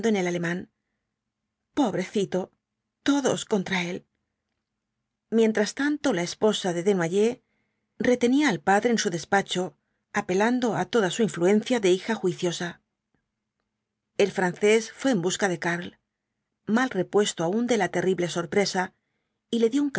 en el alemán pobrecito todos contra él mientras tanto la esposa d desnoyers retenía al padre en su despacho apelando á toda su influencia de hija juiciosa el francés fué en busca de karl mal repuesto aún de la terrible sorpresa y le